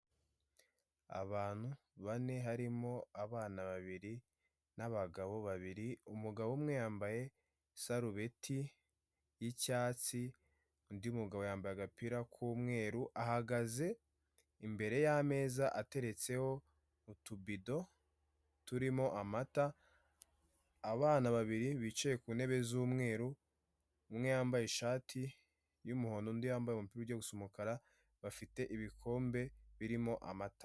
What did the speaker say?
Abantu bane harimo abana babiri n'abagabo babiri umugabo umwe yambaye isarubeti y'icyatsi undi mugabo yambaye agapira k'umweru ahagaze imbere y'ameza ateretseho utubido turimo amata, abana babiri bicaye ku ntebe z'umweru umwe yambaye ishati y'umuhondo undi yambaye umupira ujya gusa umukara bafite ibikombe birimo amata.